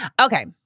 Okay